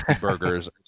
burgers